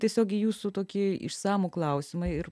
tiesiog į jūsų tokį išsamų klausimą ir